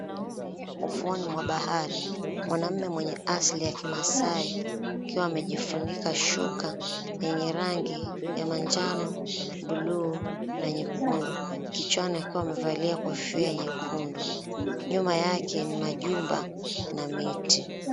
Ufuoni mwa bahari mwanaume mwenye asili ya kimaasai akiwa amejifunika shuka yenye rangi ya manjano, bluu na nyekundu kichwani akiwa amevalia kofia nyekundu . Nyuma yake ni majumba na miti.